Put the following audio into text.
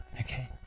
Okay